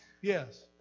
Yes